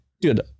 dude